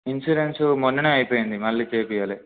insurance మొన్ననే అయిపోయింది మళ్ళీ చేయించాలి